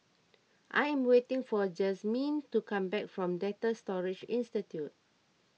I am waiting for Jazmyn to come back from Data Storage Institute